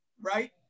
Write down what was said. right